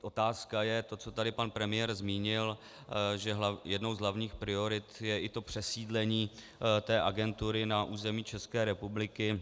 Otázka je to, co tady pan premiér zmínil, že jednou z hlavních priorit je i přesídlení té agentury na území České republiky.